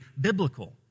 biblical